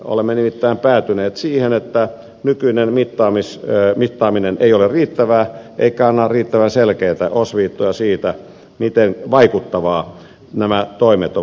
olemme nimittäin päätyneet siihen että nykyinen mittaaminen ei ole riittävää eikä anna riittävän selkeitä osviittoja siitä miten vaikuttavia nämä toimet ovat olleet